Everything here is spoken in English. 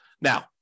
Now